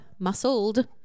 muscled